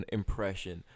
impression